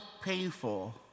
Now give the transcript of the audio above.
painful